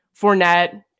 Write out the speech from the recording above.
Fournette